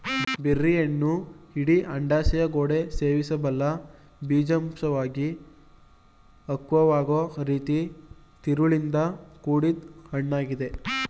ಬೆರ್ರಿಹಣ್ಣು ಇಡೀ ಅಂಡಾಶಯಗೋಡೆ ಸೇವಿಸಬಲ್ಲ ಬೀಜಕೋಶವಾಗಿ ಪಕ್ವವಾಗೊ ರೀತಿ ತಿರುಳಿಂದ ಕೂಡಿದ್ ಹಣ್ಣಾಗಿದೆ